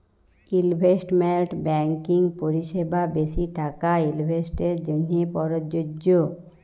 investment banking পরিসেবা বেশি টাকা ইলভেস্টের জ্যনহে পরযজ্য